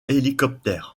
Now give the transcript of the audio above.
hélicoptère